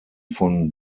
von